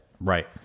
Right